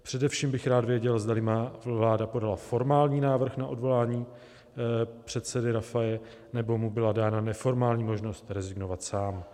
Především bych rád věděl, zdali vláda podala formální návrh na odvolání předsedy Rafaje, nebo mu byla dána neformální možnost rezignovat sám.